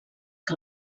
que